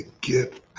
get